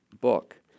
book